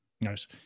Nice